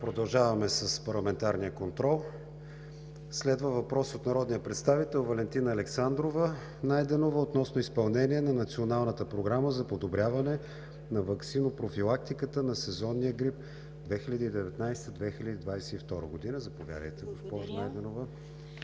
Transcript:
Продължаваме с парламентарния контрол. Следва въпрос от народния представител Валентина Найденова относно изпълнение на Националната програма за подобряване на ваксинопрофилактиката на сезонния грип 2019 – 2022 г. Заповядайте, госпожо Найденова.